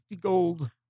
gold